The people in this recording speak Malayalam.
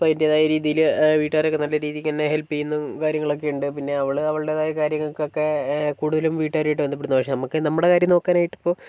അപ്പോൾ അതിൻറ്റേതായ രീതിയിൽ വീട്ടുകാരൊക്കെ നല്ല രീതിക്കന്നെ ഹെല്പ് ചെയ്യുന്നു കാര്യങ്ങളൊക്കെ ഉണ്ട് പിന്നെ അവൾ അവളുടേതായ കാര്യങ്ങൾക്കൊക്കെ കൂടുതലും വീട്ടുകാരുമായിട്ട് ബന്ധപ്പെടുന്നത് പക്ഷെ നമുക്ക് നമ്മുടെ കാര്യം നോക്കാനായിട്ടിപ്പോൾ